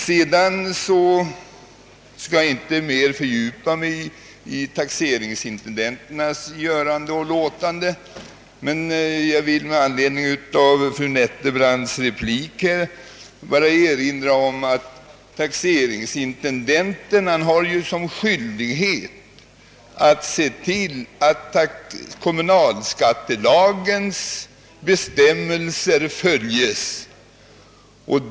Sedan skall jag här inte fördjupa mig i taxeringsintendenternas göranden och låtanden. Jag vill endast med anledning av fru Nettelbrandts replik erinra om att taxeringsintendenterna är skyldiga se till att kommunalskattelagens bestämmelser tillämpas.